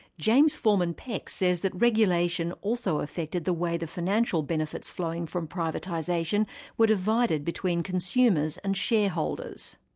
james foreman-peck says that regulation also affected the way the financial benefits flowing from privatisation were divided between consumers and shareholders.